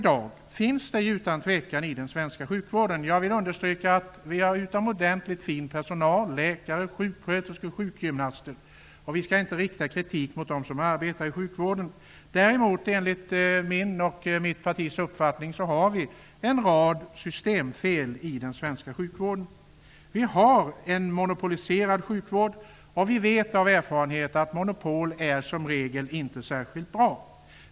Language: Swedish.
Det finns utan tvivel brister i den svenska sjukvården i dag. Jag vill understryka att vi har utomordentligt fin personal, läkare, sjuksköterskor och sjukgymnaster. Vi skall inte rikta kritik mot dem som arbetar i sjukvården. Enligt min och mitt partis uppfattning finns det däremot en rad systemfel i den svenska sjukvården. Vi har en monopoliserad sjukvård. Vi vet av erfarenhet att monopol som regel inte är särskilt bra.